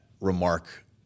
remark